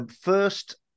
first